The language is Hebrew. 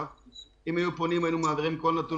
אם היו פונים היינו מעבירים כל נתון